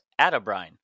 atabrine